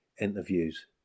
interviews